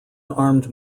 armed